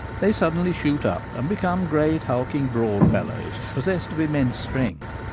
they suddenly shoot up, and become great, hulking, broad fellows, possessed of immense strength.